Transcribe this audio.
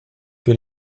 que